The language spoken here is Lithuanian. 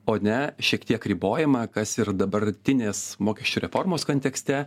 o ne šiek tiek ribojama kas ir dabartinės mokesčių reformos kontekste